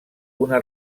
una